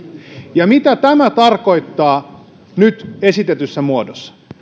ja mitä tämä tarkoittaa nyt esitetyssä muodossa